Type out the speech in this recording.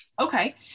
okay